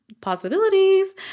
possibilities